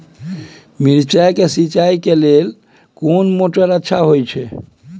मिर्चाय के सिंचाई करे लेल कोन मोटर अच्छा होय छै?